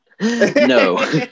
no